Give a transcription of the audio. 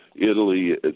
Italy